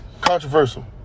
Controversial